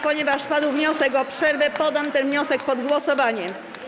Ponieważ padł wniosek o przerwę, poddam ten wniosek pod głosowanie.